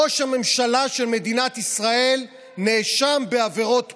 ראש הממשלה של מדינת ישראל נאשם בעבירות פשע.